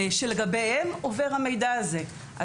שלגביהם עובר המידע הזה.